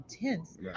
intense